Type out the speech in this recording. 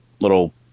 little